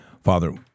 Father